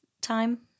time